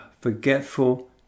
forgetful